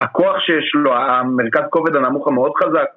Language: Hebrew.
הכוח שיש לו, המרכז כובד הנמוך המאוד חזק